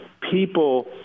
people